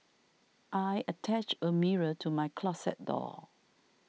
I attached a mirror to my closet door